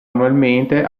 annualmente